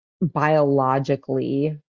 biologically